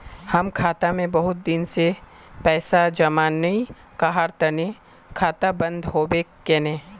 हम खाता में बहुत दिन से पैसा जमा नय कहार तने खाता बंद होबे केने?